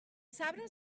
sabres